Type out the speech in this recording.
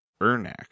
Ernak